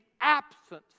absence